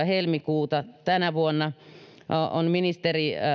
helmikuun kuudennelta päivältä on ministeri